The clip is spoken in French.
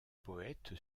poète